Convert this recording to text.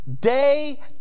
day